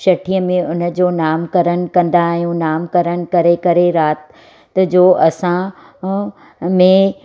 छठिय में हुन जो नामकरनि कंदा आहियूं नामकरनि करे करे राति जो असां में